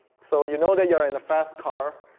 so you know that you're in a fast car.